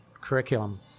curriculum